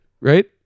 Right